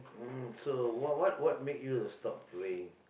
hmm so what what what make you uh stop praying